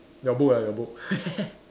your book ah your book